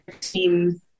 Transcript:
teams